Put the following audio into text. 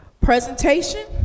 Presentation